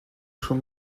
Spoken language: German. schon